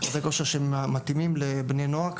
חדרי כושר שמתאימים לבני נוער,